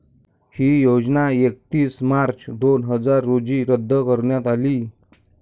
ही योजना एकतीस मार्च दोन हजार रोजी रद्द करण्यात आली